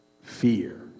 fear